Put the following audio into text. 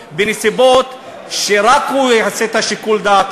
בנסיבות שרק הוא יעשה את שיקול הדעת,